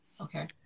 Okay